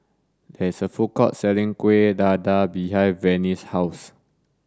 there is a food court selling Kuhn Dakar behind Venice's house